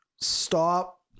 stop